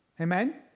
Amen